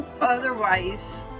Otherwise